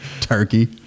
Turkey